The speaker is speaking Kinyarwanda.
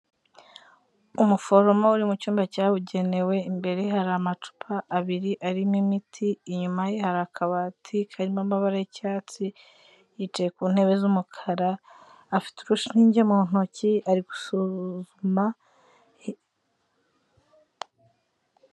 Umuforomo, uri mucyumba cyabugenewe, imbere hari amacupa abiri, arimo imiti, inyuma ye hari akabati, karimo amabara y'icyatsi, yicaye ku ntebe z'umukara, afite urushinge mu ntoki, ari gusuzuma.